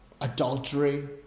adultery